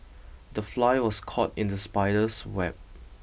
the fly was caught in the spider's web